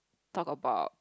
talk about